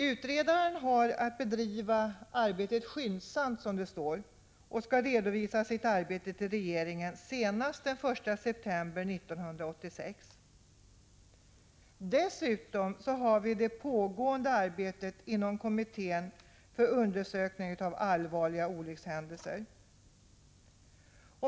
Utredaren har, som det står, att bedriva arbetet skyndsamt, och han skall redovisa sitt arbete till regeringen senast den 1 september 1986. Dessutom har vi det pågående arbetet inom kommittén för undersökning av allvarliga olyckshändelser.